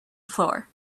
floor